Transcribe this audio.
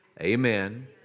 Amen